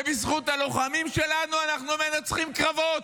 בזכות הלוחמים שלנו אנחנו מנצחים בקרבות,